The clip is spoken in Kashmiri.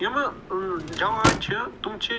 یِمہٕ جوان چھِ تِم چھِ